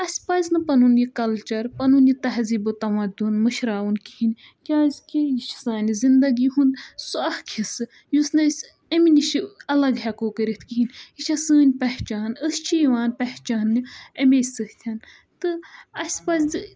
اَسہِ پَزِ نہٕ پَنُن یہِ کَلچَر پَنُن یہِ تہذیٖبو تَمدُن مٔشراوُن کِہیٖنۍ کیٛازِکہِ یہِ چھِ سانہِ زِندَگی ہُنٛد سُہ اَکھ حِصہٕ یُس نہٕ أسۍ اَمہِ نِش اَلَگ ہٮ۪کو کٔرِتھ کِہیٖنۍ یہِ چھےٚ سٲنۍ پہچان أسۍ چھِ یِوان پہچان نہِ اَمے سۭتۍ تہٕ اَسہِ پَزِ